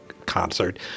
concert